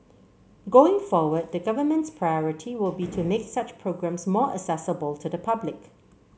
going forward the government's priority will be to make such programmes more accessible to the public